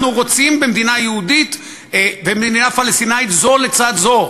אנחנו רוצות מדינה יהודית ומדינה פלסטינית זו לצד זו,